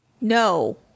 No